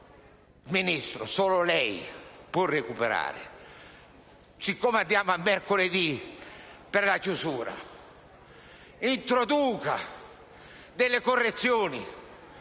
Ministro, solo lei può recuperare: siccome andiamo a mercoledì per la chiusura, introduca delle correzioni.